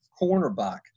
cornerback